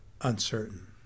uncertain